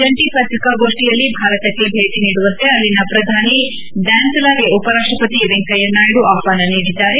ಜಂಟಿ ಪತ್ರಿಕಾಗೋಷ್ಣಿಯಲ್ಲಿ ಭಾರತಕ್ಕೆ ಭೇಟಿ ನೀಡುವಂತೆ ಅಲ್ಲಿನ ಪ್ರಧಾನಿ ಡ್ಯಾನ್ಸಿಲಾಗೆ ಉಪರಾಷ್ಟ ಪತಿ ವೆಂಕಯ್ಯ ನಾಯ್ಡು ಆಹ್ವಾನ ನೀಡಿದ್ದಾರೆ